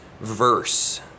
verse